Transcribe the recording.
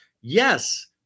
yes